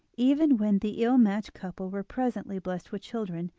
even when the ill-matched couple were presently blessed with children,